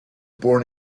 born